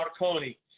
Marconi